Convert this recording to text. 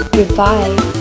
Goodbye